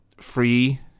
free